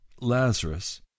Lazarus